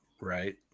Right